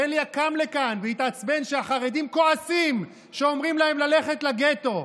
בליאק קם כאן והתעצבן שהחרדים כועסים כשאומרים להם ללכת לגטו,